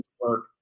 work